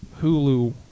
Hulu